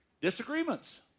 Disagreements